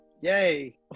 Yay